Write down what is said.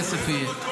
הכסף יהיה.